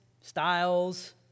styles